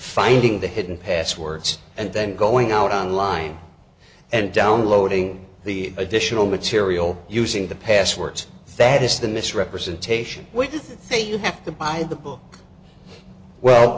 finding the hidden passwords and then going out on line and downloading the additional material using the passwords that is the misrepresentation we think you have to buy the book well